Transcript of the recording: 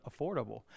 affordable